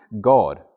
God